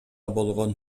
болгон